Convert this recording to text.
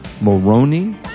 Moroni